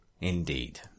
Indeed